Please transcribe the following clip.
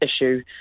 issue